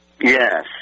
Yes